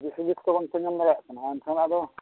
ᱫᱤᱥ ᱦᱩᱫᱤᱥ ᱠᱚ ᱵᱚᱱ ᱛᱤᱸᱜᱩᱱ ᱫᱟᱲᱮᱭᱟᱜ ᱠᱟᱱᱟ ᱮᱱᱠᱷᱟᱱ ᱟᱫᱚ